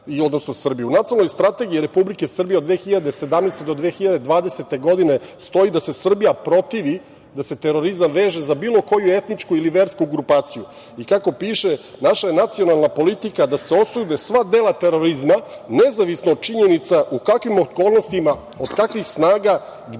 Nacionalnoj strategiji Republike Srbije od 2017. do 2020. godine, stoji da se Srbija protivi da se terorizam veže za bilo koju etničku ili versku grupaciju i kako piše, naša je nacionalna politika da se osude sva dela terorizma nezavisno od činjenica u kakvim okolnostima, od kakvih snaga, gde,